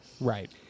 Right